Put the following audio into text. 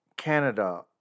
Canada